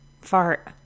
Fart